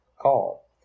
call